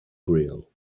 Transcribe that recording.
grill